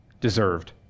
deserved